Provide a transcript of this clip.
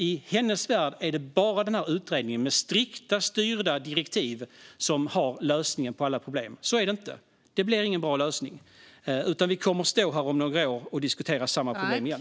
I hennes värld är det nämligen bara utredningen, med strikta, styrda direktiv, som har lösningen på alla problem. Men så är det inte; det blir ingen bra lösning. Vi kommer att stå här om några år och diskutera samma problem igen.